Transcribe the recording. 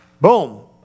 boom